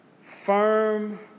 firm